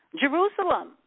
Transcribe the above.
Jerusalem